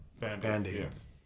Band-Aids